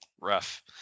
Rough